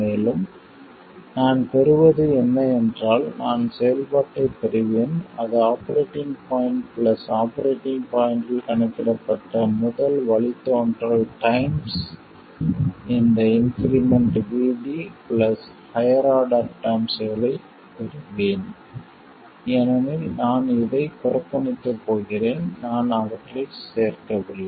மேலும் நான் பெறுவது என்ன என்றால் நான் செயல்பாட்டைப் பெறுவேன் அது ஆபரேட்டிங் பாய்ண்ட் பிளஸ் ஆபரேட்டிங் பாய்ண்ட்டில் கணக்கிடப்பட்ட முதல் வழித்தோன்றல் டைம்ஸ் இந்த increment VD plus higher order டெர்ம்ஸ்களைப் பெறுவேன் ஏனெனில் நான் இதைப் புறக்கணிக்கப் போகிறேன் நான் அவற்றைச் சேர்க்கவில்லை